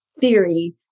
theory